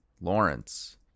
Lawrence